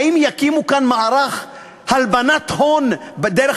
האם יקימו כאן מערך הלבנת הון דרך